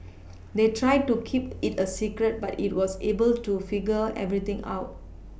they tried to keep it a secret but it was able to figure everything out